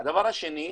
הדבר השני,